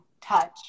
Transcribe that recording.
touch